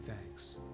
thanks